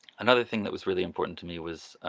another thing that was really important to me was